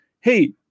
Hey